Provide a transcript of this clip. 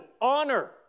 honor